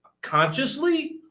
consciously